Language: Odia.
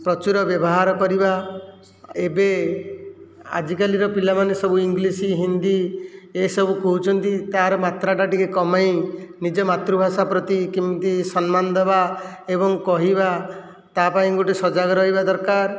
ପ୍ରଚୁର ବ୍ୟବହାର କରିବା ଏବେ ଆଜିକାଲିର ପିଲାମାନେ ସବୁ ଇଂଲିଶ ହିନ୍ଦୀ ଏସବୁ କହୁଛନ୍ତି ତାହାର ମାତ୍ରଟା ଟିକିଏ କମେଇ ନିଜ ମାତୃଭାଷା ପ୍ରତି କେମିତି ସମ୍ମାନ ଦେବା ଏବଂ କହିବା ତା ପାଇଁ ଗୋଟିଏ ସଜାଗ ରହିବା ଦରକାର